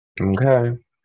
Okay